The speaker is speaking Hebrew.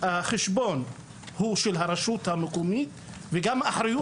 החשבון הוא של הרשות המקומית וגם האחריות